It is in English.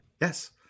Yes